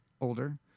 older